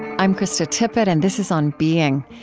i'm krista tippett, and this is on being.